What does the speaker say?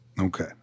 Okay